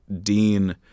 Dean